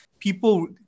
People